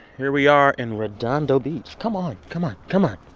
here we are in redondo beach. come on. come on. come on.